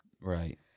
Right